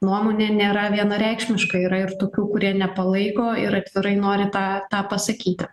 nuomonė nėra vienareikšmiška yra ir tokių kurie nepalaiko ir atvirai nori tą tą pasakyti